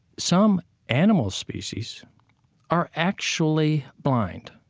some animal species are actually blind.